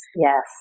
yes